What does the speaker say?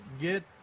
get